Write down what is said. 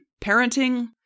parenting